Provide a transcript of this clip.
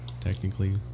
technically